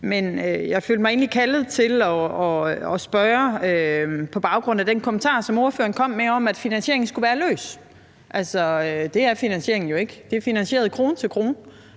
egentlig kaldet til at spørge om noget på baggrund af den kommentar, som ordføreren kom med, om, at finansieringen skulle være løs. Det er finansieringen jo ikke; det er finansieret krone til krone.